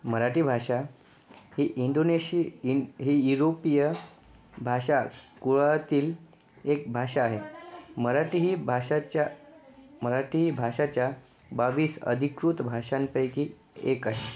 मराठी भाषा ही इंडोनेशी ही युरोपीय भाषा कुळातील एक भाषा आहे मराठी ही भाषाच्या मराठी ही भाषाच्या बावीस अधिकृत भाषांपैकी एक आहे